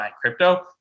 crypto